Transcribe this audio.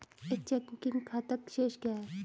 एक चेकिंग खाता शेष क्या है?